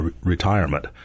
retirement